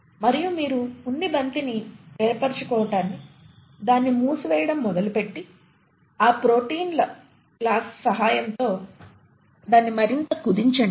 మరియు మీరు ఉన్ని బంతిని ఏర్పరుచుకోవటానికి దాన్ని మూసివేయడం మొదలుపెట్టి ఆపై ప్రోటీన్ల క్లాస్ సహాయంతో దాన్ని మరింత కుదించండి